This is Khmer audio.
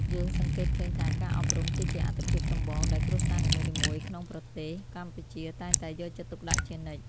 យើងសង្កេតឃើញថាការអប់រំគឺជាអាទិភាពចម្បងដែលគ្រួសារនីមួយៗក្នុងប្រទេសកម្ពុជាតែងតែយកចិត្តទុកដាក់ជានិច្ច។